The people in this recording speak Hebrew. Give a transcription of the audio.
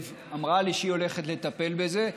היא אמרה לי שהיא הולכת לטפל בזה,